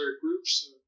groups